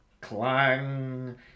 Clang